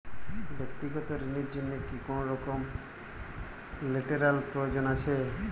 ব্যাক্তিগত ঋণ র জন্য কি কোনরকম লেটেরাল প্রয়োজন আছে?